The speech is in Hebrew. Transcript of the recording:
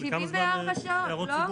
כמה זמן להערות הציבור?